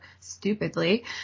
stupidly